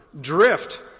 drift